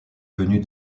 venue